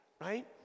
right